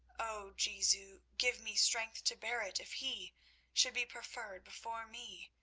oh jesu, give me strength to bear it if he should be preferred before me.